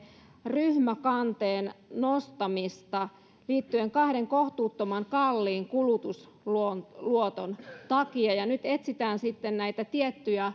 ryhmäkanteen nostamista kahden kohtuuttoman kalliin kulutusluoton takia nyt etsitään sitten näitä tiettyjä